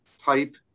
type